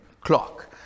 clock